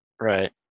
Right